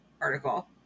article